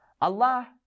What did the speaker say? Allah